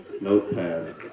notepad